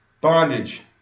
Bondage